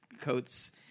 coats